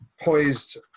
poised